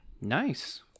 nice